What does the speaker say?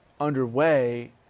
underway